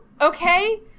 okay